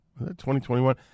2021